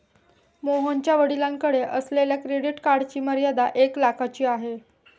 मोहनच्या वडिलांकडे असलेल्या क्रेडिट कार्डची मर्यादा एक लाखाची आहे